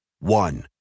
One